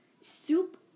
Soup